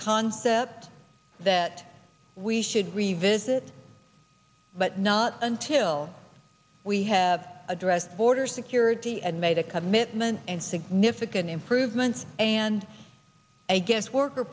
concept that we should revisit but not until we have addressed border security and made a commitment and significant improvements and a guest worker